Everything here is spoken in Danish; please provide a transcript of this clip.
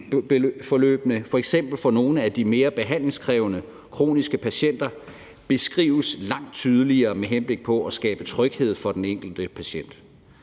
f.eks. for nogle af de mere behandlingskrævende kroniske patienter beskrives langt tydeligere med henblik på at skabe tryghed for den enkelte patient.